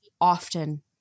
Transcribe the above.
often